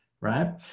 right